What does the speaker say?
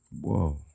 Whoa